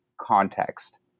context